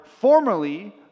formerly